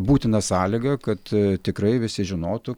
būtina sąlyga kad tikrai visi žinotų